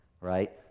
right